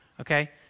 Okay